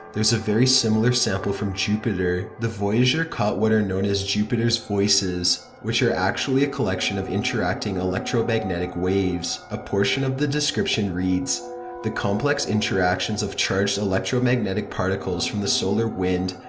there's a very similar sample from jupiter. the voyager caught what are known as jupiter's voices, which are actually a collection of interacting electromagnetic waves. a portion of the description reads the complex interactions of charged electromagnetic particles from the solar wind,